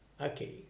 okay